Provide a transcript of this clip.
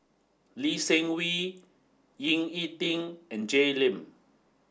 Lee Seng Wee Ying E Ding and Jay Lim